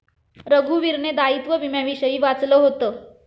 रघुवीरने दायित्व विम्याविषयी वाचलं होतं